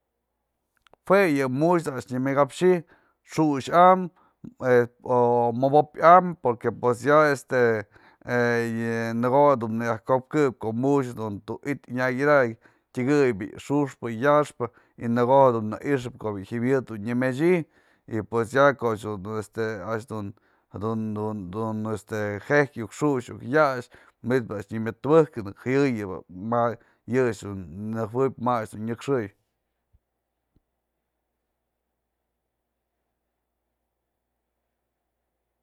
jue yë mu'uxë da'a a'ax nyamakapxyë xu'ux am o mobo'opë am, porque pues ya este, në ko'o du yë nëyëj ko'opkëp në ko'o mu'ux tu'it yanyakadakë tyëkëy bi'i xu'uxpë yaxpë y në ko'o du jyëmyëd du nyamety y pues ya ko'o este a'ax este dun dun dun jeijk iuk xu'ux ya'axë manit a'ax nyamëd tubëkënë jëyëbë ma yë a'ax dun nëjuëb ma a'ax dun nyëkxän.